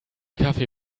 kaffee